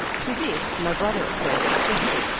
to this my brother at first objected,